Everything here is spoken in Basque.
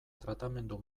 tratamendu